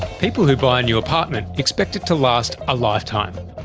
people who buy a new apartment expect it to last a lifetime,